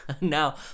now